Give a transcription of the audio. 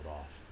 off